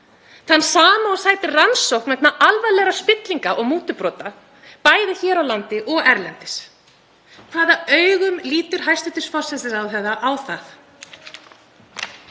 þann sama og sætir rannsókn vegna alvarlegrar spillingar og mútubrota, bæði hér á landi og erlendis. Hvaða augum lítur hæstv. forsætisráðherra á það?